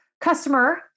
customer